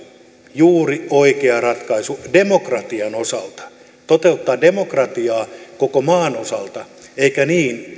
juuri oikea ratkaisu demokratian osalta toteuttaa demokratiaa koko maan osalta eikä niin